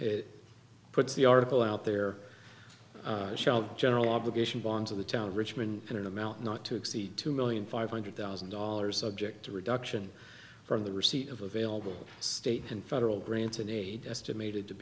it puts the article out there shout general obligation bonds of the town richmond in an amount not to exceed two million five hundred thousand dollars object a reduction from the receipt of available state and federal grants and aid estimated to